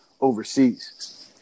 overseas